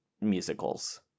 musicals